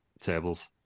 tables